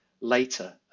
later